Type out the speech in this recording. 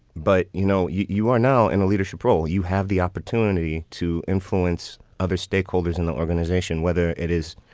but, you know, you you are now in a leadership role. you have the opportunity to influence other stakeholders in the organization, whether it is,